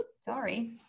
Sorry